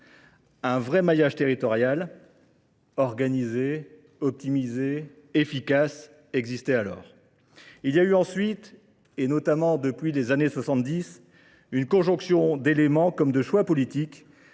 Un vrai maillage territorial organisé, optimisé, efficace existait alors. Il y a eu ensuite, et notamment depuis les années 70, une conjonction d'éléments comme de choix politiques